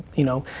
you know,